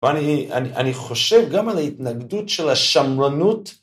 ואני חושב גם על ההתנגדות של השמרנות.